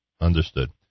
understood